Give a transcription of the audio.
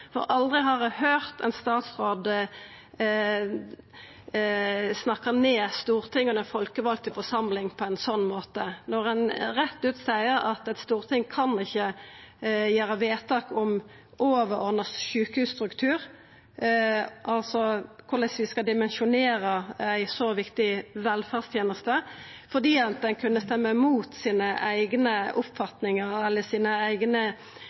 Aldri har eg høyrt ein statsråd snakka ned Stortinget og den folkevalde forsamlinga på ein sånn måte, når ein rett ut seier at eit storting ikkje kan gjera vedtak om overordna sjukehusstruktur, altså korleis vi skal dimensjonera ei så viktig velferdsteneste, fordi ein kunne stemma imot sine eigne